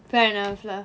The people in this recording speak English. fair enough lah